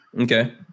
Okay